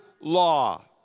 law